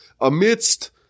amidst